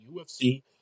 UFC